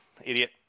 Idiot